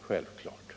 självklart.